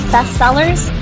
Bestsellers